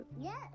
Yes